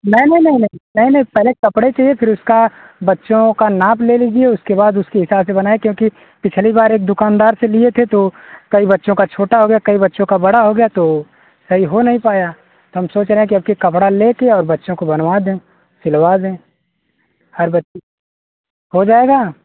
नहीं नहीं नहीं नहीं नहीं नहीं पहले कपड़े चाहिये फिर उसका बच्चों का नाप ले लीजिये उसके बाद उसके हिसाब से बनाये क्योंकि पिछली बार एक दुकानदार से लिये थे तो कई बच्चों का छोटा हो गया कई बच्चों का बड़ा हो गया तो सही हो नहीं पाया हम सोच रहे हैं के अब के कपड़ा ले कर और बच्चों का बनवा दें सिलवा लें हर हो जायेगा